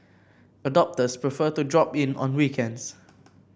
adopters prefer to drop in on weekends